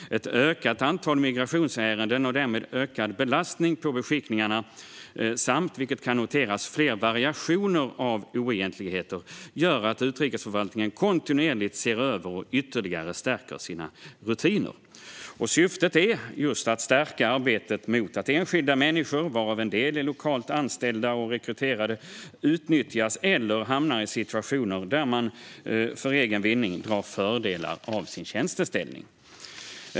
Ett ökat antal migrationsärenden och därmed en ökad belastning på beskickningarna samt - vilket kan noteras - fler variationer av oegentligheter gör att utrikesförvaltningen kontinuerligt ser över och ytterligare stärker sina rutiner. Syftet är just att stärka arbetet mot att enskilda människor, varav en del är lokalt anställda och rekryterade, utnyttjas eller hamnar i situationer där man för egen vinning drar fördelar av sin tjänsteställning.